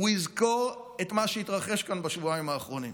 הוא יזכור את מה שהתרחש כאן בשבועיים האחרונים.